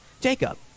Jacob